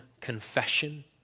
confession